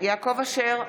יעקב אשר,